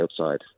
outside